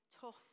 tough